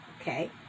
Okay